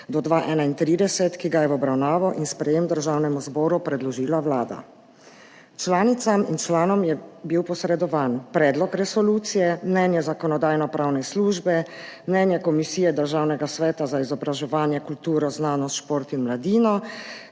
2024–2031, ki ga je v obravnavo in sprejem Državnemu zboru predložila Vlada. Članicam in članom je bil posredovan predlog resolucije, Mnenje Zakonodajno-pravne službe, Mnenje Komisije Državnega sveta za izobraževanje, kulturo, znanost, šport in mladino